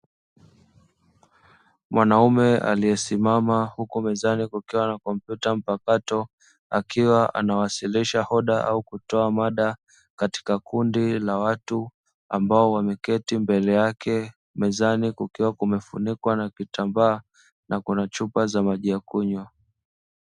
Mwanaume aliyesimama huku mezani kukiwa na kompyuta mpakato, akiwa anawasilisha hoja au kutoa mada katika kundi la watu ambao wameketi mbele yake. Mezani kukiwa kumefunikwa na kitambaa na kuna chupa za maji ya kunywa.